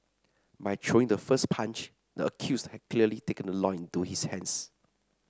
by throwing the first punch the accused had clearly taken the law into his hands